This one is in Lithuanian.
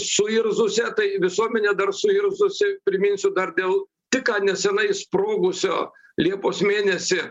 suirzusią tai visuomenė dar suirzusi priminsiu dar dėl tik ką nesenai sprogusio liepos mėnesį